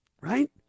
Right